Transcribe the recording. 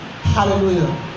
Hallelujah